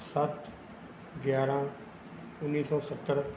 ਸੱਤ ਗਿਆਰ੍ਹਾਂ ਉੱਨੀ ਸੌ ਸੱਤਰ